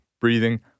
Breathing